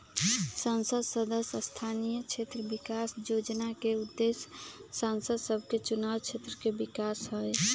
संसद सदस्य स्थानीय क्षेत्र विकास जोजना के उद्देश्य सांसद सभके चुनाव क्षेत्र के विकास हइ